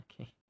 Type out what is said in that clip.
okay